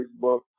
Facebook